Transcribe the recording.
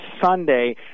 Sunday